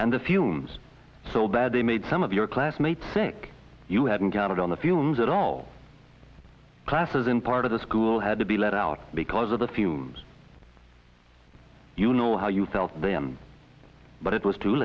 and the fumes so bad they made some of your classmates sick you hadn't counted on the fumes at all classes and part of the school had to be let out because of the fumes you know how you felt them but it was too